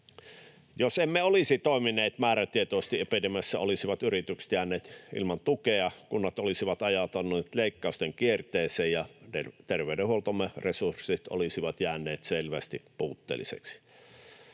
Jos emme olisi toimineet määrätietoisesti epidemiassa, olisivat yritykset jääneet ilman tukea, kunnat olisivat ajautuneet leikkausten kierteeseen ja terveydenhuoltomme resurssit olisivat jääneet selvästi puutteellisiksi.